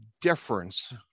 difference